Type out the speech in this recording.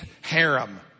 harem